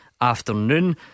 afternoon